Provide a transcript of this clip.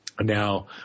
Now